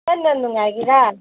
ꯍꯦꯟꯅ ꯅꯨꯡꯉꯥꯏꯒꯗ꯭ꯔꯥ